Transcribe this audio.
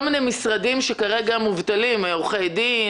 כל מיני משרדים שכרגע מובטלים עורכי דין,